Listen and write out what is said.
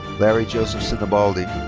larry joseph sinibaldi.